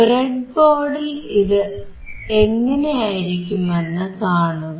ബ്രെഡ്ബോർഡിൽ ഇത് എങ്ങനെയിരിക്കുമെന്നു കാണുക